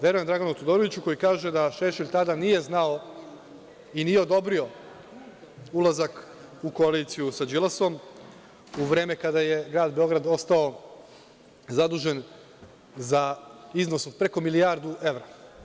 Verujem Draganu Todoroviću koji kaže da Šešelj tada nije znao i nije odobrio ulazak u koaliciju sa Đilasom u vreme kada je grad Beograd ostao zadužen za iznos od preko milijardu evra.